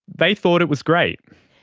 they thought it was great.